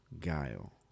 guile